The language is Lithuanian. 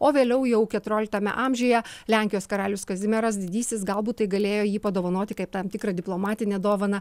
o vėliau jau keturioliktame amžiuje lenkijos karalius kazimieras didysis galbūt tai galėjo jį padovanoti kaip tam tikrą diplomatinę dovaną